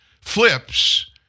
Flips